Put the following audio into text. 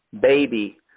baby